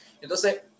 Entonces